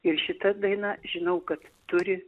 ir šita daina žinau kad turi